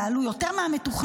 יעלו יותר מהמתוכנן,